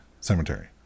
Cemetery